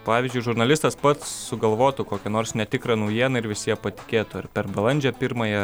pavyzdžiui žurnalistas pats sugalvotų kokią nors netikrą naujieną ir visi ja patikėtų ar per balandžio pirmąją